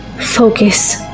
Focus